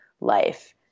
life